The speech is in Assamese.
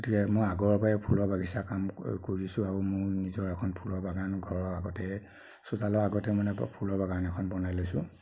গতিকে মই আগৰপৰাই ফুলৰ বাগিচাৰ কাম ক কৰিছোঁ আৰু মোৰ নিজৰ এখন ফুলৰ বাগান ঘৰৰ আগতে চোতালৰ আগতে মানে ফুলৰ বাগান এখন বনাই লৈছোঁ